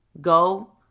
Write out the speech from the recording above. Go